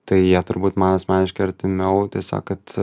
tai jie turbūt man asmeniškai artimiau tiesiog kad